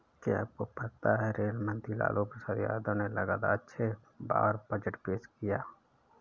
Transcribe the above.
क्या आपको पता है रेल मंत्री लालू प्रसाद यादव ने लगातार छह बार बजट पेश किया?